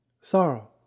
Sorrow